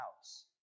house